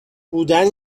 بودن